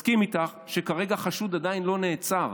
אני מסכים איתך שכרגע החשוד עדיין לא נעצר.